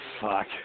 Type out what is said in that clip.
fuck